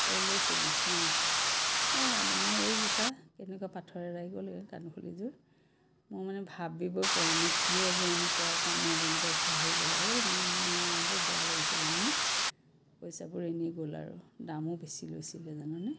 তই লৈছিলি নাই এই মানে মোৰ এইযোৰ চা এনেকুৱা পাথৰ এৰাই গ'ল এই কাণফুলিযোৰ মই মানে ভাবিবই পৰা নাই কিয় যে এনেকুৱা কাণফুলি এনেকুৱা কাণৰ এনেকুৱা ঘাঁ হৈ গ'ল মই মানে বৰ বেয়া লাগিছে জান নে পইচাবোৰ এনেই গ'ল আৰু দামো বেছি লৈছিলে জাননে